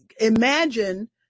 imagine